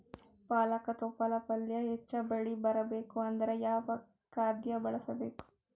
ಪಾಲಕ ತೊಪಲ ಪಲ್ಯ ಹೆಚ್ಚ ಬೆಳಿ ಬರಬೇಕು ಅಂದರ ಯಾವ ಖಾದ್ಯ ಬಳಸಬೇಕು?